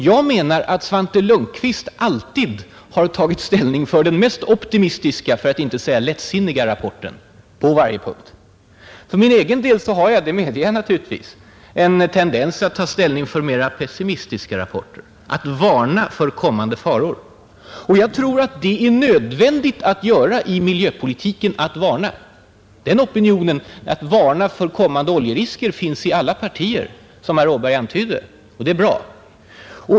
Jag menar att Svante Lundkvist nästan alltid har tagit ställning för den mest optimistiska, för att inte säga lättsinniga, rapporten. För min egen del har jag, det medger jag gärna, något av en tendens att ta ställning för mera ”pessimistiska” rapporter, att varna för kommande faror. Jag tror att det är nödvändigt att varna i miljöpolitiken. Den opinion som vill varna för kommande oljerisker finns i alla partier, som herr Åberg antydde. Det är bra.